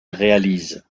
réalise